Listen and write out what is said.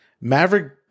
Maverick